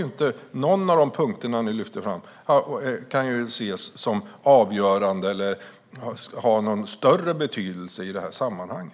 Inte någon av punkterna som lyftes fram kan ses som avgörande eller ha någon större betydelse i sammanhanget.